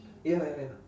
ya ya ya